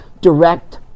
direct